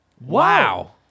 Wow